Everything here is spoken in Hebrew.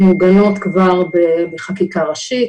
הן מעוגנות כבר בחקיקה ראשית.